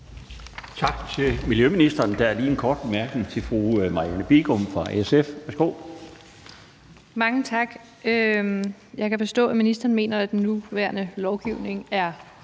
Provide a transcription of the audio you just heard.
Tak til miljøministeren. Der er lige en kort bemærkning til fru Marianne Bigum fra SF. Værsgo. Kl. 16:13 Marianne Bigum (SF): Mange tak. Jeg kan forstå, at ministeren mener, at den nuværende lovgivning er